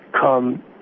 Come